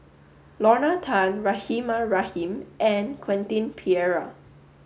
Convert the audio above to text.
Lorna Tan Rahimah Rahim and Quentin Pereira